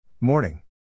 Morning